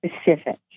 specific